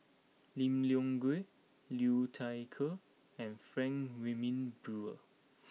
Lim Leong Geok Liu Thai Ker and Frank Wilmin Brewer